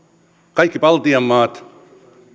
kaikki baltian maat